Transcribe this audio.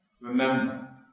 Remember